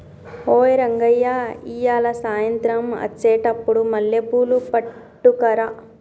ఓయ్ రంగయ్య ఇయ్యాల సాయంత్రం అచ్చెటప్పుడు మల్లెపూలు పట్టుకరా